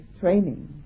training